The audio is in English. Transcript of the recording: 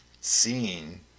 seeing